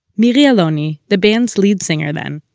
miri aloni, the band's lead singer then,